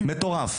מטורף.